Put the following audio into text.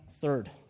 third